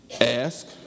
ask